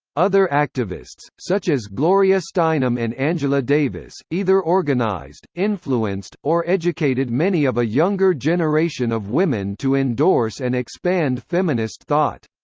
other activists, such as gloria steinem and angela davis, either organized, influenced, or educated many of a younger generation of women to endorse and expand feminist thought.